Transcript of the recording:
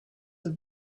have